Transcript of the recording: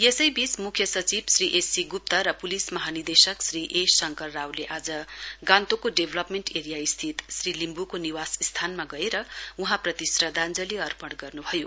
यसै बीच मुख्य सचिव श्री एससी गुप्त र पुलिस महानिर्देशक श्री ए शङ्कर रावले आज गान्तोकको डेभलोपमेन्ट एरियास्थित श्री लिम्बुको निवास स्थानमा गएर वहाँप्रति श्रद्वाञ्जली अर्पण गर्नुभयो